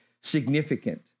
significant